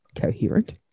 coherent